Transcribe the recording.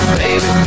baby